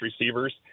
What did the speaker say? receivers